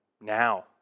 now